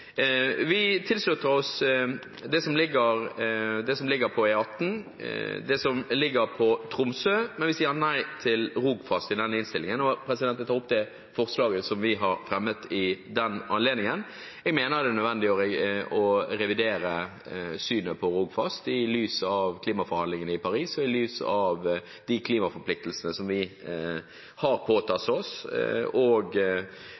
Vi tilslutter oss det som foreligger om E18, og det som gjelder Tromsøpakke 3, men vi sier nei til Rogfast i forbindelse med denne innstillingen. Jeg tar opp det forslaget som vi har fremmet i den anledningen. Jeg mener det er nødvendig å revidere synet på Rogfast i lys av klimaforhandlingene i Paris og de klimaforpliktelsene som vi har påtatt oss, og